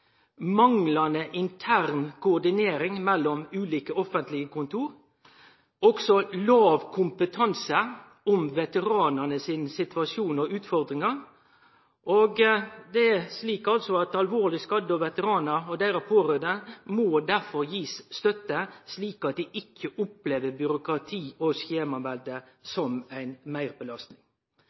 manglande intern koordinering mellom ulike offentlege kontor og låg kompetanse om veteranane sin situasjon og utfordringar. Det er slik at alvorleg skadde, veteranar og deira pårørande derfor må få støtte, slik at dei ikkje opplever byråkrati og skjemavelde som